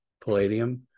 palladium